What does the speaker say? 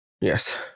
Yes